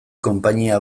konpainia